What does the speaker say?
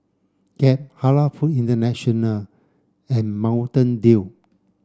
Gap Halal Food International and Mountain Dew